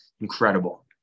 Incredible